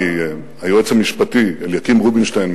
מהיועץ המשפטי אליקים רובינשטיין,